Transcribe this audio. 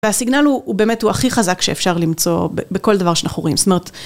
והסיגנל הוא באמת, הוא הכי חזק שאפשר למצוא בכל דבר שאנחנו רואים, זאת אומרת...